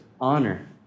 honor